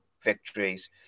victories